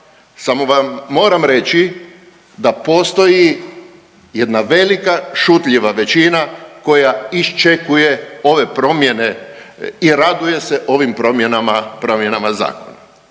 samo vam moram reći da postoji jedna velika šutljiva većina koja iščekuje ove promjene i raduje se ovim promjenama,